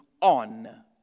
on